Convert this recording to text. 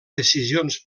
decisions